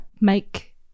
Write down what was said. make